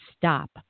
stop